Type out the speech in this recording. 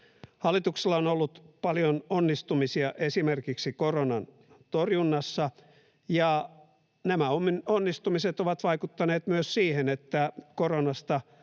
Hallituksella on ollut paljon onnistumisia esimerkiksi koronan torjunnassa, ja nämä onnistumiset ovat vaikuttaneet myös siihen, että koronasta